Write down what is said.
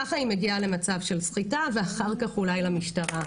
ככה היא מגיעה למצב של סחיטה ואחר כך אולי למשטרה.